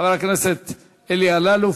חבר הכנסת אלי אלאלוף,